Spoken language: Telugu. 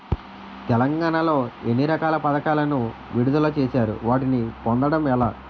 తెలంగాణ లో ఎన్ని రకాల పథకాలను విడుదల చేశారు? వాటిని పొందడం ఎలా?